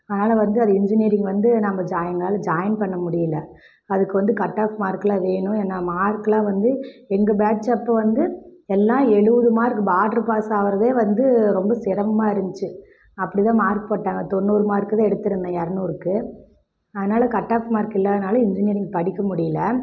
அதனால வந்து அது இஞ்ஜினியரிங் வந்து நாங்கள் ஜாயி எங்களால் ஜாயின் பண்ண முடியல அதுக்கு வந்து கட்ஆஃப் மார்க்கெலாம் வேணும் நான் மார்க்கெலாம் வந்து எங்கள் பேட்ச் அப்போது வந்து எல்லாம் எழுவது மார்க் பாட்ரு பாஸ் ஆகிறதே வந்து ரொம்ப சிரமமாக இருந்துச்சு அப்படிதான் மார்க் போட்டாங்க தொண்ணூறு மார்க்குதான் எடுத்திருந்தேன் இரநூறுக்கு அதனால கட்ஆஃப் மார்க் இல்லாததினால இன்ஜினியரிங் படிக்க முடியல